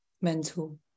mental